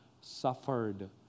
suffered